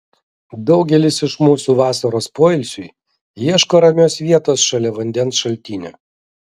daugelis iš mūsų vasaros poilsiui ieško ramios vietos šalia vandens šaltinio